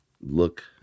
look